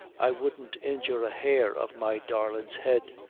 i wouldn't injure a hair of my darlin's head.